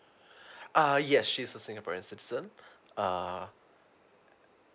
uh yes she's a singaporeans citizen uh